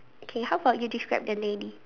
okay how about you describe the lady